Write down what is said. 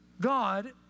God